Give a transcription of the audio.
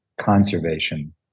conservation